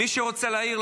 מי שרוצה להעיר,